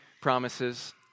promises